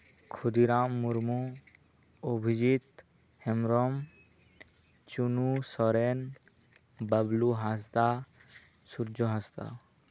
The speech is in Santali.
ᱠᱷᱩᱫᱤᱨᱟᱢ ᱢᱩᱨᱢᱩ ᱚᱵᱷᱤᱡᱤᱛ ᱦᱮᱢᱵᱨᱚᱢ ᱪᱩᱱᱩ ᱥᱚᱨᱮᱱ ᱵᱟᱵᱞᱩ ᱦᱟᱸᱥᱫᱟ ᱥᱩᱨᱡᱚ ᱦᱟᱸᱥᱫᱟ